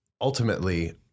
ultimately